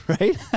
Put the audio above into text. right